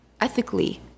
ethically